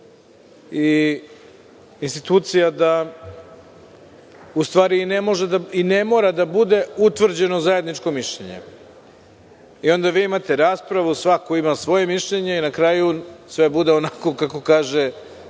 i institucija da i ne mora da bude utvrđeno zajedničko mišljenje. Vi onda imate raspravu, svako ima svoje mišljenje i na kraju sve bude onako kako kaže